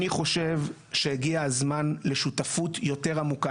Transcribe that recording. אני חושב שהגיע הזמן לשותפות יותר עמוקה.